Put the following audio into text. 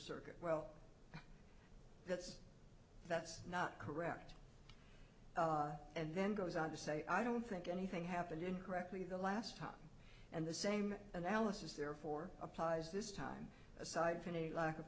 circuit well that's that's not correct and then goes on to say i don't think anything happened incorrectly the last time and the same analysis therefore applies this time aside from a lack of